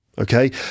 Okay